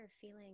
feeling